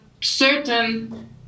certain